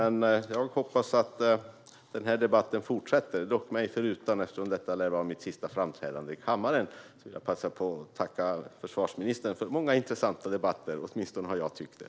Jag hoppas att debatten fortsätter, dock mig förutan eftersom detta lär vara mitt sista framträdande i kammaren. Jag passar på att tacka försvarsministern för många intressanta debatter. Åtminstone har jag tyckt det.